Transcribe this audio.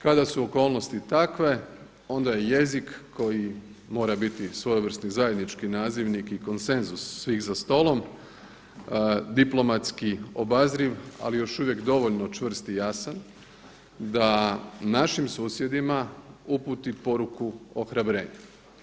Kada su okolnosti takve onda je jezik koji mora biti svojevrsni zajednički nazivnik i konsenzus svih za stolom diplomatski obazriv, ali još uvijek dovoljno čvrst i jasan da našim susjedima uputi poruku ohrabrenja.